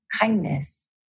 kindness